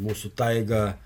mūsų taiga